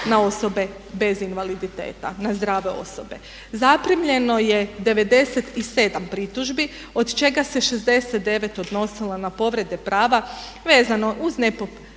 na osobe bez invaliditeta, na zdrave osobe. Zaprimljeno je 97 pritužbi od čega se 69 odnosilo na povrede prava vezano uz nepropisno